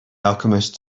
alchemist